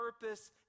purpose